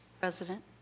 President